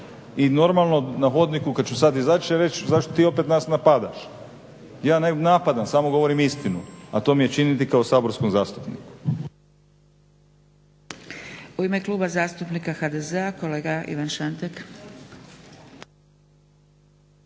I normalno na hodniku kada ću sada izaći reći će zašto ti opet nas napadaš. Ja ne napadam, samo govorim istinu a to mi je činiti kao saborskom zastupniku.